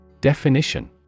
Definition